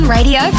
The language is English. Radio